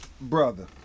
Brother